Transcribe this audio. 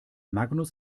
magnus